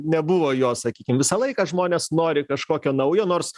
nebuvo jo sakykim visą laiką žmonės nori kažkokio naujo nors